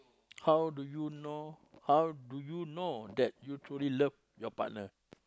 how do you know how do you know that you truly love your partner